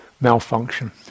malfunction